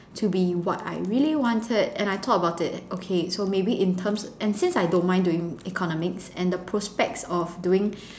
to be what I really wanted and I thought about it okay so maybe in terms and since I don't mind doing economics and the prospects of doing